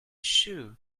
shoe